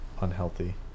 unhealthy